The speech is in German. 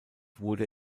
wurde